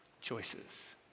choices